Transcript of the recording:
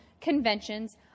conventions